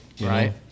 Right